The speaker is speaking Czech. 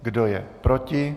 Kdo je proti?